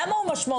למה הוא משמעותי?